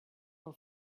for